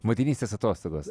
motinystės atostogos